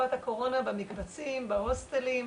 בתקופת הקורונה במקבצים, בהוסטלים,